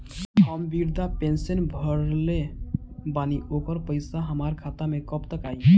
हम विर्धा पैंसैन भरले बानी ओकर पईसा हमार खाता मे कब तक आई?